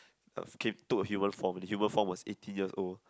came took a human form the human form was eighteen years old